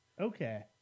Okay